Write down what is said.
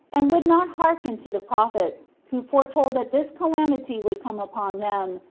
and would not hearken to the prophets, who foretold that this calamity would come upon them,